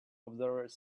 observers